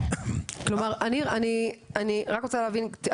כלומר, אני רק רוצה להבין,